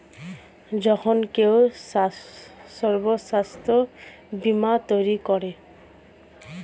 যখন কেউ স্বাস্থ্য বীমা তৈরী করে